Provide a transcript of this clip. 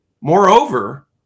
Moreover